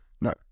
No